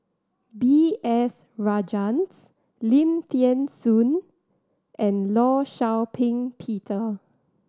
B S Rajhans Lim Thean Soo and Law Shau Ping Peter